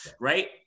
right